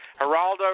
Geraldo